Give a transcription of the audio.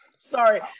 Sorry